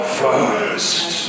first